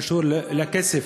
קשור לכסף.